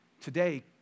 Today